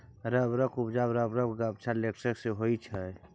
रबरक उपजा रबरक गाछक लेटेक्स सँ होइ छै